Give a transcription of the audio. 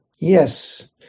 Yes